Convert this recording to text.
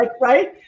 right